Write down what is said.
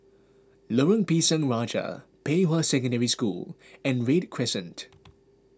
Lorong Pisang Raja Pei Hwa Secondary School and Read Crescent